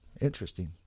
Interesting